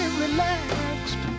relaxed